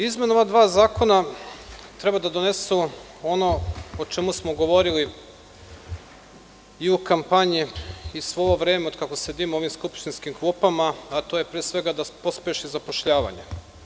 Izmenom ova dva zakona treba da donesemo ono o čemu smo govorili i u kampanji i sve ovo vreme od kako sedim u ovim skupštinskim klupama, a to je pre svega da se pospeši zapošljavanje.